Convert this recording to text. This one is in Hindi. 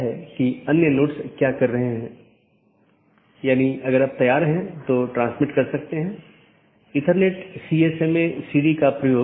इसलिए आप देखते हैं कि एक BGP राउटर या सहकर्मी डिवाइस के साथ कनेक्शन होता है यह अधिसूचित किया जाता है और फिर कनेक्शन बंद कर दिया जाता है और अंत में सभी संसाधन छोड़ दिए जाते हैं